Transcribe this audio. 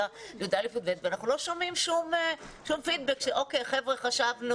כיתות י"א ו-י"ב ואנחנו לא שומעים שום משוב שאומר חשבנו,